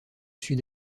sud